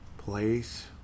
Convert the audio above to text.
place